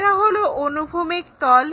এটা হলো অনুভূমিক তল